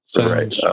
Right